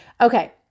Okay